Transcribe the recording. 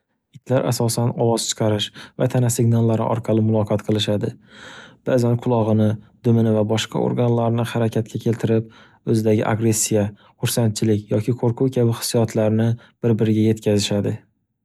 Itlar asosan ovoz chiqarish va tana signallari orqali muloqot qilishadi. Baʼzan qulogʻini, dumini va boshqa organlarni harakatga keltirib, oʻzidagi agressiya, xursandchilik, yoki koʻrquv kabi hissiyotlarni bir-biriga yetkazishadi.